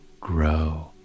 grow